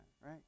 right